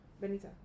Benita